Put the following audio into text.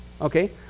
Okay